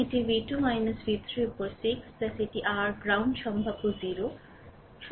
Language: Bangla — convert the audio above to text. সুতরাং এটি v2 v3 উপর 6 এটি r গ্রাউন্ড পোটেনশিয়াল 0